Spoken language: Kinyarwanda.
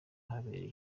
habereye